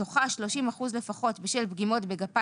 מתוכה 30 אחוזים לפחות בשל פגימות בגפה